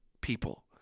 people